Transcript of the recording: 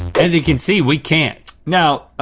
as you can see, we can't. now,